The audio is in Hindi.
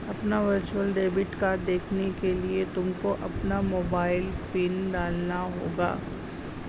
अपना वर्चुअल डेबिट कार्ड देखने के लिए तुमको अपना मोबाइल पिन डालना होगा